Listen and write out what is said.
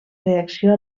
reacció